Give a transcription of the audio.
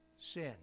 sin